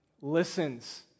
listens